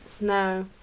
No